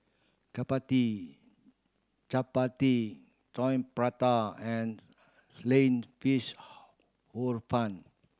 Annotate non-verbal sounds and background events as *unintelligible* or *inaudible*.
chappati chappati Coin Prata and sliced fish *unintelligible* Hor Fun